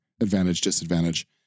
advantage-disadvantage